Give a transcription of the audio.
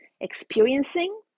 experiencing